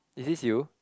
is this you